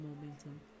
momentum